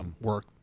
work